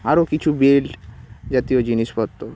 আরও কিছু বেল্ট জাতীয় জিনিসপত্র